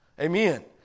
Amen